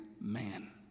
man